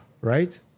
right